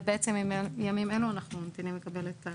ובעצם ימים אלו אנחנו ממתינים לקבל את ההמלצות.